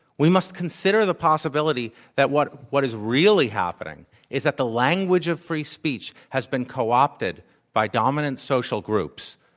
we must consider the possibility that what what is really happening is that the language of free speech has been coopted by dominant social groups,